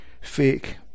fake